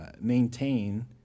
maintain